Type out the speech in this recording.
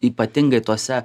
ypatingai tose